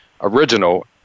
original